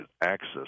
access